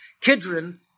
Kidron